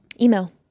Email